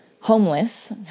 homeless